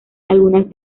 algunas